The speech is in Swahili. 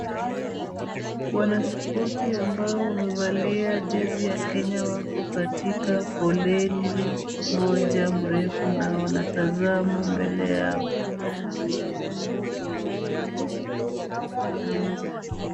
Wanaspoti ambao wamevalia jezi ya Kenya wako katika foleni moja mrefu na wanatazama mbele yao.